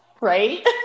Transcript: right